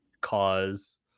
cause